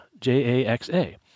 J-A-X-A